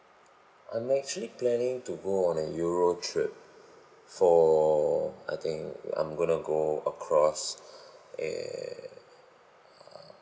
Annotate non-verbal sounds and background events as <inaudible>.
I'm actually planning to go on an europe trip for I think I'm going to go across <breath> err